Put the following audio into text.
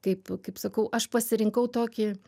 kaip kaip sakau aš pasirinkau tokį